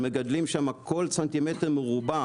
מגדלים שמה כל סנטימטר מרובע,